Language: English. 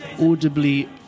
audibly